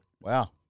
Wow